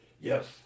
Yes